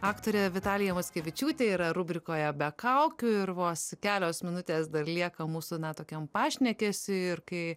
aktorė vitalija mockevičiūtė yra rubrikoje be kaukių ir vos kelios minutės dar lieka mūsų na tokiam pašnekesiui ir kai